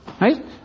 Right